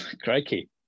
Crikey